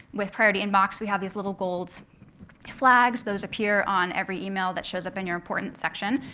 with priority inbox, we have these little gold flags. those appear on every email that shows up in your important section.